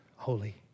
Holy